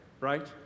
right